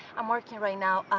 i'm working right now.